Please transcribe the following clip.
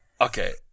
Okay